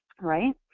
right